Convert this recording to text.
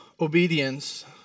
obedience